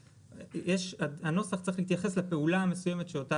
אז הנוסח צריך להתייחס לפעולה המסוימת שאותה